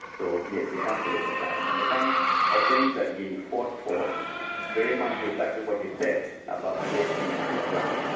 so he had become politicised. and the kinds of things that he fought for very much the fact of what you said about malaysian and underclass,